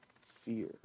fear